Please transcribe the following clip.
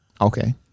Okay